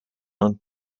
und